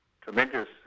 tremendous